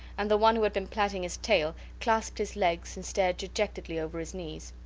and the one who had been plaiting his tail clasped his legs and stared dejectedly over his knees.